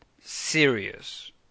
serious